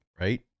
right